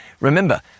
Remember